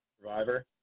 Survivor